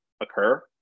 occur